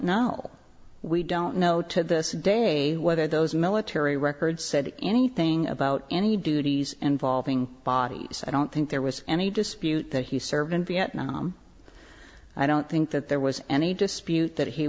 know we don't know to this day whether those military records said anything about any duties involving bodies i don't think there was any dispute that he served in vietnam i don't think that there was any dispute that he